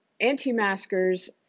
anti-maskers